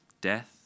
Death